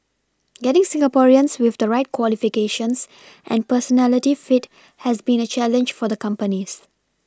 getting Singaporeans with the right qualifications and personality fit has been a challenge for the companies